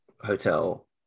hotel